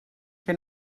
que